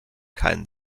kein